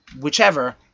whichever